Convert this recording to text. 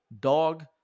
dog